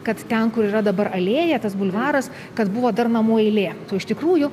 kad ten kur yra dabar alėja tas bulvaras kad buvo dar namų eilė o iš tikrųjų